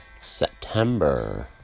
September